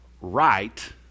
right